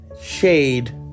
shade